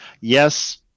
Yes